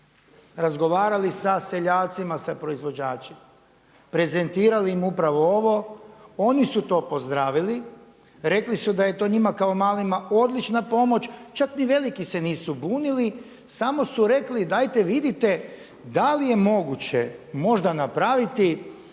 razgovarali sa seljacima, sa proizvođačima, prezentirali im upravo ovo. Oni su to pozdravili, rekli su da je to njima kao malima odlična pomoć, čak ni veliki se nisu bunili, samo su rekli dajte vidite da li je moguće možda napraviti